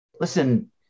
listen